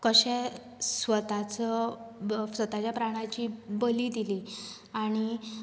कशें स्वताचो स्वताच्या प्राणाची बळी दिली आनी